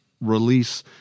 release